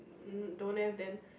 mm don't have then